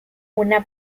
una